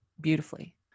beautifully